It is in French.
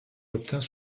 obtient